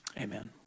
Amen